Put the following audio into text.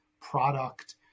product